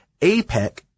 APEC